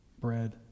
bread